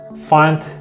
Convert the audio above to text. find